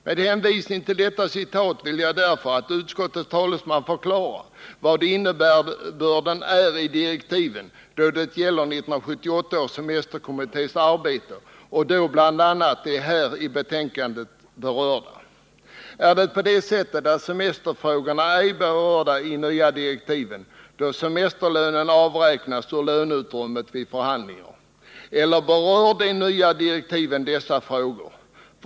Med hänvisning till detta citat vill jag att utskottets talesman förklarar vad innebörden är i direktiven då det gäller 1978 års semesterkommittés arbete. och då bl.a. de som berörs i detta betänkande. Är det på det sättet att semesterfrågorna ej är berörda i de nya direktiven, då semesterlön avräknas ur löneutrymmet vid förhandlingar? Eller berör de nya direktiven dessa frågor?